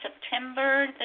September